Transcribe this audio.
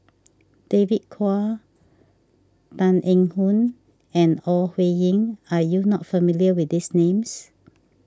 David Kwo Tan Eng Yoon and Ore Huiying are you not familiar with these names